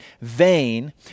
vain